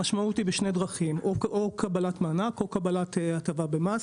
ההטבה משמעותה קבלת מענק או קבלת הטבה במס.